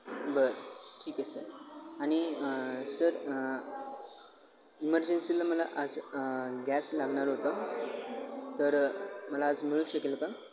बर ठीक आहे सर आणि सर इमर्जन्सीला मला आज गॅस लागणार होतं तर मला आज मिळू शकेल का